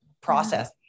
process